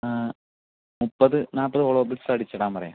മുപ്പത് നാൽപ്പത് hollow bricks അടിച്ച് ഇടാൻ പറയുക